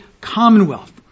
commonwealth